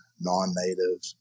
non-native